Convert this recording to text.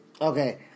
okay